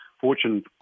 Fortune